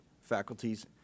faculties